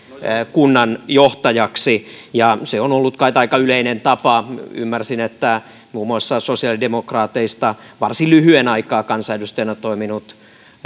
kunnanjohtajaksi ja se on ollut kai aika yleinen tapa ymmärsin että muun muassa sosiaalidemokraateista varsin lyhyen aikaa kansanedustajana toiminut